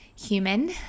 Human